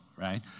right